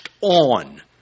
on